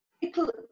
people